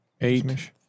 Eight